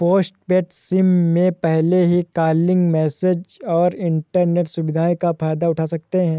postpaid SIM में पहले ही कॉलिंग, मैसेजस और इन्टरनेट सुविधाओं का फायदा उठा सकते हैं